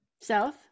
South